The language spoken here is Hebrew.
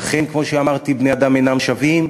אכן, כמו שאמרתי, בני-האדם אינם שווים,